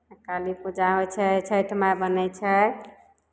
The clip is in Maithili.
काली पूजा होइ छै छठि माय बनै छै